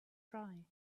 cry